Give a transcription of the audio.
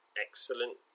excellent